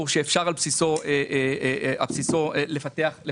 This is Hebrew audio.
היה לחשוב שהם יורידו ריביות כדי להתמודד בצורה